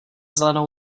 zelenou